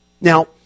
Now